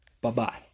Bye-bye